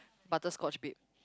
butterscotch babe